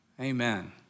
Amen